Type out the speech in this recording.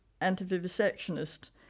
anti-vivisectionist